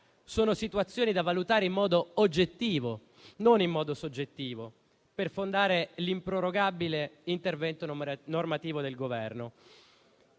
sono situazioni da valutare in modo oggettivo e non soggettivo, per fondare l'improrogabile intervento normativo del Governo.